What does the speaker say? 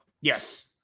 Yes